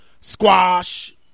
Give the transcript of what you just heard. Squash